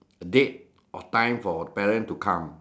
date or time for parent to come